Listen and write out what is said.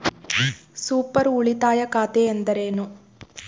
Super ಉಳಿತಾಯ ಖಾತೆ ಎಂದರೇನು?